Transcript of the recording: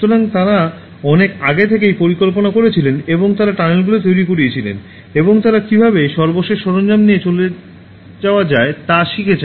সুতরাং তারা অনেক আগে থেকেই পরিকল্পনা করেছিলেন এবং তারা টানেলগুলি তৈরি করিয়েছিলেন এবং তারা কীভাবে সর্বশেষ সরঞ্জাম নিয়ে চলা যায় তা শিখেছেন